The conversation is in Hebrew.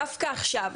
דווקא עכשיו,